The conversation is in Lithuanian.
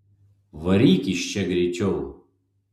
varyk iš čia greičiau